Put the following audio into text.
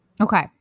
Okay